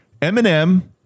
Eminem